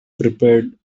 prepared